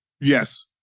Yes